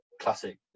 classic